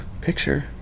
Picture